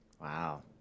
Wow